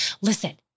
listen